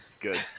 Good